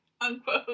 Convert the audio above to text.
Unquote